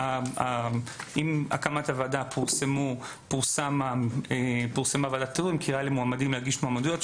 עם הקמת הוועדה פורסמה ועדה עם קריאה למועמדים להגיש מועמדויות.